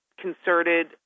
concerted